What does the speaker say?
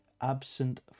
absent